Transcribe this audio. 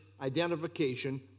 identification